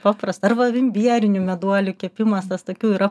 paprasta arba imbierinių meduolių kepimas tas tokių yra